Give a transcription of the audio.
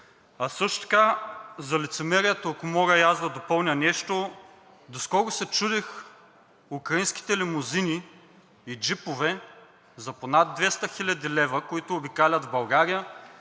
А също така за лицемерието, ако мога и аз да допълня нещо. Доскоро се чудех украинските лимузини и джипове за по над 200 хил. лв., които обикалят в България,